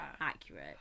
accurate